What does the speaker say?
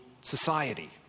society